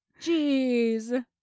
Jeez